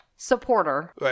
supporter